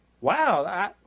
wow